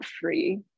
free